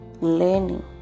learning